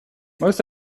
most